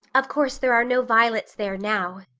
of course there are no violets there now,